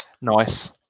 Nice